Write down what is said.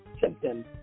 symptoms